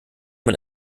man